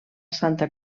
santa